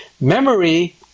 Memory